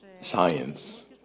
science